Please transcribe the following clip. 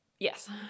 yes